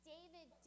David